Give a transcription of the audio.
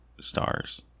stars